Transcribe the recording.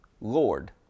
Lord